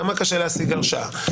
כמה קשה להשיג הרשעה.